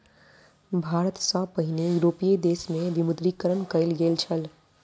भारत सॅ पहिने यूरोपीय देश में विमुद्रीकरण कयल गेल छल